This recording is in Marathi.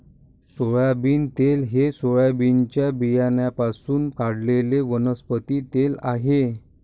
सोयाबीन तेल हे सोयाबीनच्या बियाण्यांपासून काढलेले वनस्पती तेल आहे